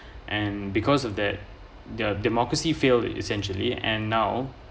and because of that the democracy fail essentially and now